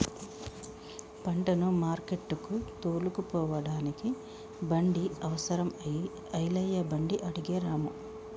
పంటను మార్కెట్టుకు తోలుకుపోడానికి బండి అవసరం అయి ఐలయ్య బండి అడిగే రాము